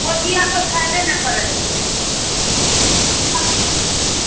पोठिया कोइ खयबे नहि करै छै